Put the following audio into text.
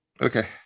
Okay